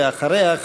ואחריה,